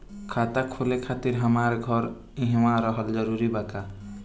खाता खोले खातिर हमार घर इहवा रहल जरूरी बा का?